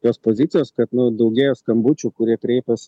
tos pozicijos kad nu daugėja skambučių kurie kreipiasi